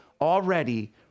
already